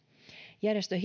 järjestön